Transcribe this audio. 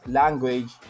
language